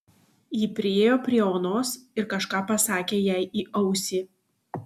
ji priėjo prie onos ir kažką pasakė jai į ausį